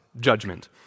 judgment